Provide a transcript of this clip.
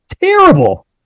Terrible